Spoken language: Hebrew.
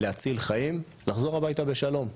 להציל חיים לחזור הביתה בשלום.